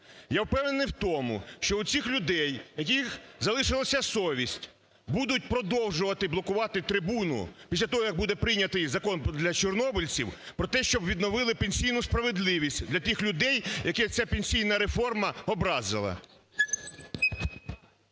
Я впевнений у тому, що у цих людей, в яких залишилася совість, будуть продовжувати блокувати трибуну після того, як буде прийнятий Закон про чорнобильців, про те, щоб відновили пенсійну справедливість для тих людей, яких ця пенсійна реформа образила.